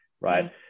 Right